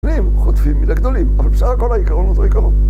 חוטפים מידי גדולים, אבל בסדר, כל העיקרון הוא אותו עיקרון